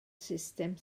sustem